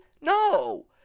No